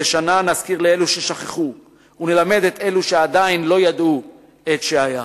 מדי שנה נזכיר לאלו ששכחו ונלמד את אלו שעדיין לא ידעו את שהיה.